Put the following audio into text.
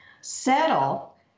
settle